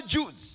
Jews